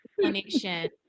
explanation